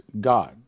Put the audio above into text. God